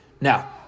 Now